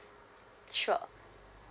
sure